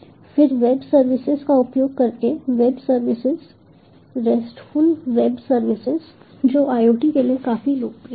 फिर web services का उपयोग करके web services RESTful web services जो IoT के लिए काफी लोकप्रिय हैं